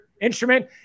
instrument